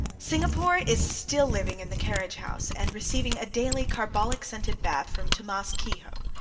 singapore is still living in the carriage house, and receiving a daily carbolic-scented bath from tammas kehoe.